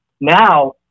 Now